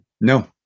No